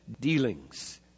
dealings